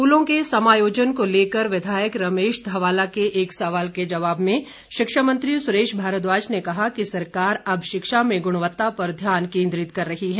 स्कूलों के समायोजन को लेकर विधायक रमेश धवाला के एक सवाल के जवाब में शिक्षा मंत्री सुरेश भारद्वाज ने कहा कि सरकार अब शिक्षा में गुणवत्ता पर ध्यान केंद्रित कर रही है